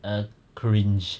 a cringe